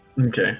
Okay